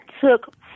took